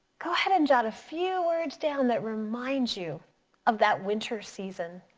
go ahead and jot a few words down that remind you of that winter season.